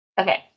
Okay